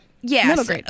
Yes